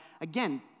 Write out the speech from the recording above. again